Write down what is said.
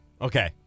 Okay